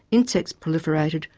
insects proliferated,